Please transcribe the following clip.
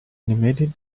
animated